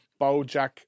Bojack